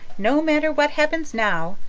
no matter what happens now.